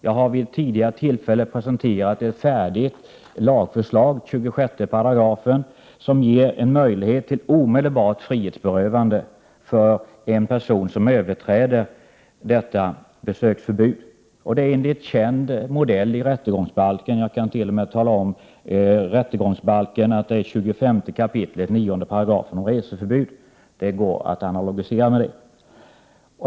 Jag har vid tidigare tillfällen presenterat ett färdigt lagförslag — 26 §— som ger en möjlighet till omedelbart frihetsberövande för en person som överträder besöksförbud. Detta är enligt känd modell från rättegångsbalken — jag kan t.o.m. tala om att det är 25 kap. 9 § om reseförbud —, och det går att analogisera.